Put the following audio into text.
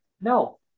no